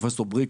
פרופסור בריק,